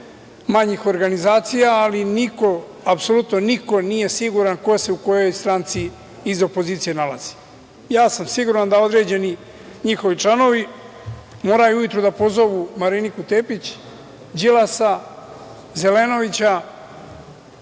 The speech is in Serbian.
manjih organizacija, ali niko, apsolutno niko nije siguran ko se u kojoj stranci iz opozicije nalazi. Ja sam siguran da određeni njihovi članovi moraju ujutru da pozovu Mariniku Tepić, Đilasa, Zelenovića,